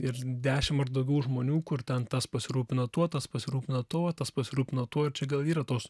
ir dešim ar daugiau žmonių kur ten tas pasirūpino tuo tas pasirūpino tuo tas pasirūpino tuo ir čia gal yra tos